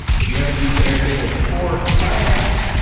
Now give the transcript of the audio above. if you haven't used airtable before, try it out.